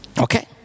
Okay